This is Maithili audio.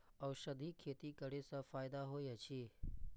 औषधि खेती करे स फायदा होय अछि?